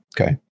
okay